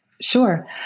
Sure